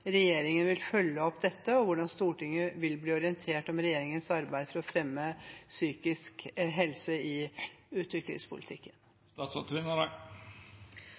regjeringen vil følge opp dette, og hvordan Stortinget vil bli orientert om regjeringens arbeid for å fremme psykisk helse i utviklingspolitikken.